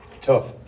Tough